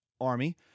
army